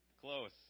Close